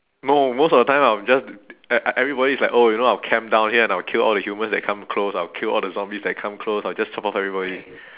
no most of the time I'll just e~ everybody is like oh you know I'll camp down here and I'll kill all the humans that come close I'll kill all the zombies that come close I'll just chop off everybody